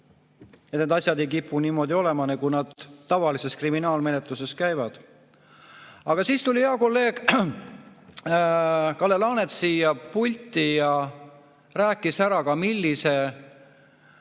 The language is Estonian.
need asjad ei kipu niimoodi olema, nagu nad tavalises kriminaalmenetluses käivad. Aga siis tuli hea kolleeg Kalle Laanet siia pulti ja rääkis ära, millise